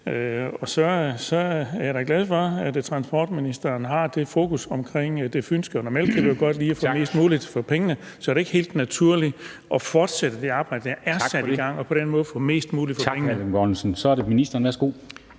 Så er jeg da glad for, at transportministeren har det fokus på det fynske. Og normalt kan vi jo godt lide at få mest muligt for pengene, så er det ikke helt naturligt at fortsætte det arbejde, der er sat i gang, og på den måde få mest muligt for pengene?